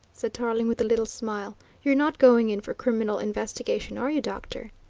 said tarling with a little smile. you're not going in for criminal investigation, are you, doctor?